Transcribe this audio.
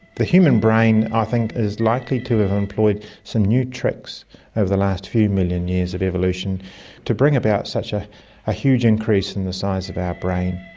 the human brain i think is likely to have employed some new tricks over the last few million years of evolution to bring about such a huge increase in the size of our brain,